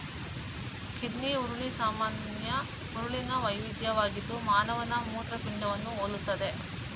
kidney ಹುರುಳಿ ಸಾಮಾನ್ಯ ಹುರುಳಿನ ವೈವಿಧ್ಯವಾಗಿದ್ದು ಮಾನವನ ಮೂತ್ರಪಿಂಡವನ್ನು ಹೋಲುತ್ತದೆ